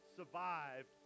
survive